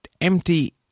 empty